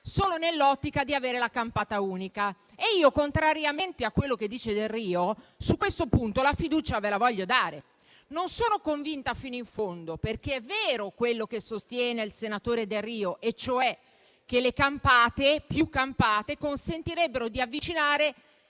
solo nell'ottica di avere la campata unica. Io, contrariamente a quello che dice il senatore Delrio, su questo punto la fiducia ve la voglio dare. Non sono convinta fino in fondo, perché è vero quello che sostiene il senatore Delrio e cioè che più campate consentirebbero di avvicinare